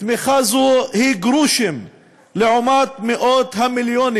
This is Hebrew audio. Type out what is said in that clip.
תמיכה זו היא גרושים לעומת מאות המיליונים